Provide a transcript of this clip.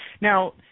Now